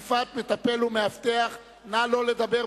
(תקיפת מטפל ומאבטח), התשס"ט 2008, נתקבלה.